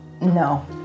No